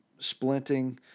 splinting